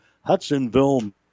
Hudsonville